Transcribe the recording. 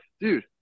dude